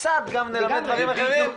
וקצת גם נלמד דברים אחרים,